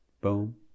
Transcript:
boom